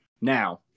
now